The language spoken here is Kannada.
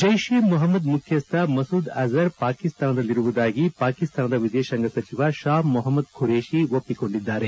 ಜೈಷ್ ಎ ಮೊಹಮದ್ ಮುಖ್ಜಸ್ವ ಮಸೂದ್ ಅಜ ರ್ ಪಾಕಿಸ್ತಾನದಲ್ಲಿರುವುದಾಗಿ ಪಾಕಿಸ್ತಾನದ ವಿದೇತಾಂಗ ಸಚಿವ ಶಾಹ್ ಮೊಹಮೂದ್ ಖುರೇಷಿ ಒಪ್ಪಿಕೊಂಡಿದ್ದಾರೆ